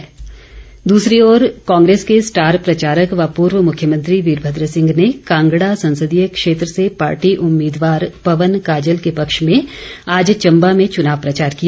वीरभद्र सिंह दूसरी ओर कांग्रेस के स्टार प्रचारक व पूर्व मुख्यमंत्री वीरभद्र सिंह ने कांगड़ा संसदीय क्षेत्र से पार्टी उम्मीदवार पवन काजल के पक्ष में आज चम्बा में चुनाव प्रचार किया